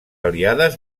aliades